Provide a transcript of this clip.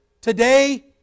Today